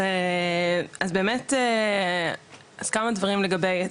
אז באמת, כמה דברים לגבי.